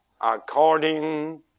according